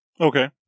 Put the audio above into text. Okay